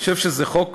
אני חושב שזה חוק